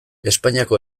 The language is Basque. espainiako